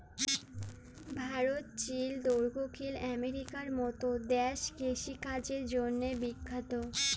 ভারত, চিল, দখ্খিল আমেরিকার মত দ্যাশ কিষিকাজের জ্যনহে বিখ্যাত